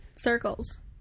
Circles